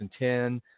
2010